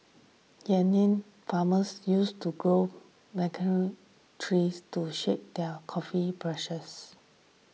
Kenyan farmers used to grow macadamia trees to shade their coffee bushes